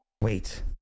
Wait